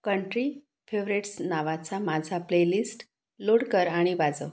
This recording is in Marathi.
कंट्री फेव्हरेट्स नावाचा माझा प्लेलिस्ट लोड कर आणि वाजव